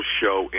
show